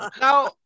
now